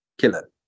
killer